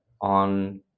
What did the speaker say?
on